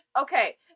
Okay